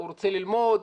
הוא רוצה ללמוד,